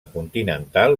continental